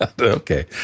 okay